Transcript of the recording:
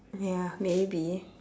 ya maybe